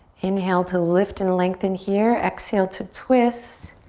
inhale to lift and lengthen here. exhale to twist.